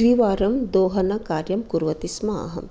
द्विवारं दोहनकार्यं कुर्वतिस्म अहं